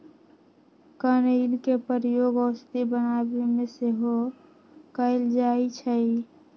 कनइल के प्रयोग औषधि बनाबे में सेहो कएल जाइ छइ